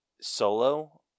solo